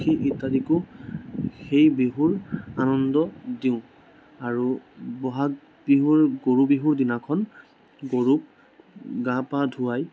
পক্ষী ইত্যাদিকো সেই বিহুৰ আনন্দ দিওঁ আৰু বহাগ বিহুৰ গৰু বিহুৰ দিনাখন গৰুক গা পা ধুৱাই